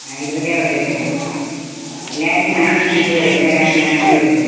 ആ ഇരുപതേ കുറയത്തുള്ളു എല്ലായിടത്തും നാന്നൂറ്റി ഇരുപത് ഇവിടെ നാന്നൂറ് ഉള്ളു